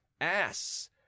ass